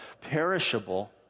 perishable